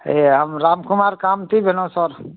हे हम राम कुमार कामती भेलहुँ सर